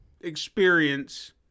experience